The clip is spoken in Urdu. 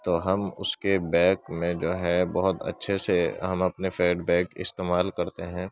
تو ہم اس کے بیک میں جو ہے بہت اچھے سے ہم اپنے فیڈ بیک استعمال کرتے ہیں